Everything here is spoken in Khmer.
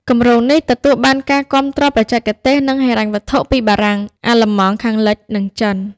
គម្រោងនេះទទួលបានការគាំទ្របច្ចេកទេស និងហិរញ្ញវត្ថុពីបារាំង អាល្លឺម៉ង់ខាងលិច និងចិន។